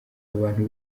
abantu